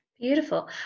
Beautiful